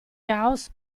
caos